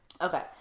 Okay